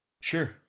Sure